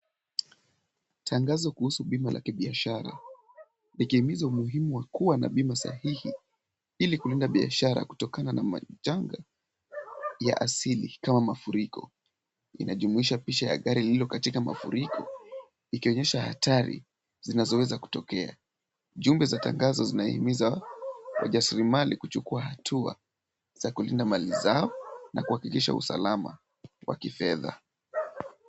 Tangazo kuhusu bima la kibiashara likihimiza umuhimu wa kuwa na bima sahihi ili kulinda biashara kutokana na majanga ya asili kama mafuriko. Inajumuisha picha ya gari hilo katika mafuriko ikionyesha hatari zinazoweza kutokea. Jumbe za tangazo zinahimiza wajasili mali kuchukua hatua za kulinda mali zao na kuhakikisha usalama wa kifedha.